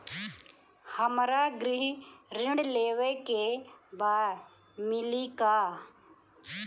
हमरा गृह ऋण लेवे के बा मिली का?